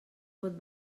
pot